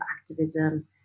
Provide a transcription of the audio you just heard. activism